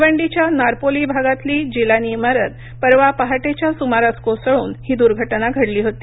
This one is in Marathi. भिवंडीच्या नारपोली भागातली जिलानी इमारत परवा पहाटेच्या स्मारास कोसळून ही दूर्घटना घडली होती